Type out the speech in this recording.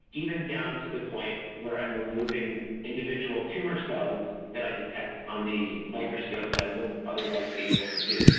even down to the point where i am removing individual tumour cells that i detect on the microscope that i wouldn't otherwise be able do.